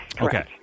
Okay